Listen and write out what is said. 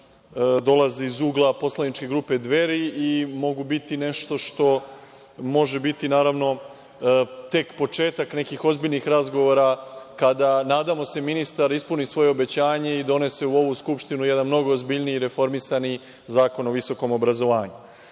dolaze iz ugla poslaničke grupe Dveri i mogu biti nešto što može biti, naravno, tek početak nekih ozbiljnih razgovora, kada nadamo se, ministar ispuni svoje obećanje i donese u ovu Skupštinu jedan mnogo ozbiljniji, reformisani zakon o visokom obrazovanju. Mislim